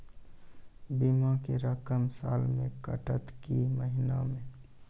बीमा के रकम साल मे कटत कि महीना मे?